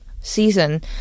season